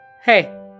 Hey